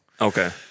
Okay